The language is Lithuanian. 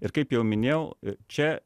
ir kaip jau minėjau čia